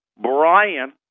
Brian